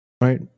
right